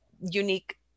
unique